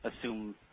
assume